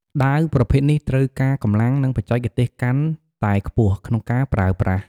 ដាវប្រភេទនេះត្រូវការកម្លាំង និងបច្ចេកទេសកាន់តែខ្ពស់ក្នុងការប្រើប្រាស់។